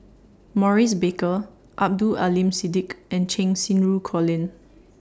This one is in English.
Maurice Baker Abdul Aleem Siddique and Cheng Xinru Colin